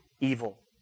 Evil